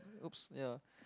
oops ya